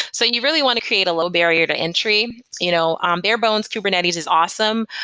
so you really want to create a little barrier to entry. you know um bare-bones kubernetes is awesome,